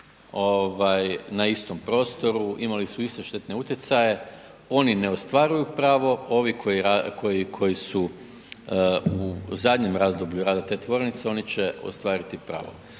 na istom prostoru, imali su iste štetne utjecaje, oni ne ostvaruju pravo, ovi koji su u zadnjem razdoblju rada te tvornice oni će ostvariti pravo.